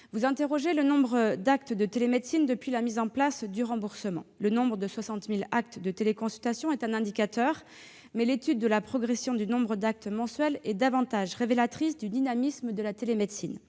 Vous interrogez le nombre d'actes de télémédecine depuis la mise en place du remboursement. Le nombre de 60 000 actes de téléconsultation est un indicateur, mais l'étude de la progression du nombre d'actes mensuels est davantage révélatrice du dynamisme de la télémédecine